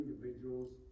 individuals